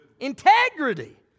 Integrity